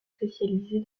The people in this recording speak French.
spécialisée